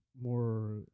more